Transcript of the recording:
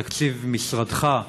בתקציב משרדך,